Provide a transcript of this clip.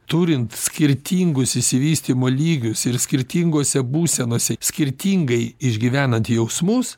turint skirtingus išsivystymo lygius ir skirtingose būsenose skirtingai išgyvenant jausmus